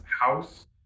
house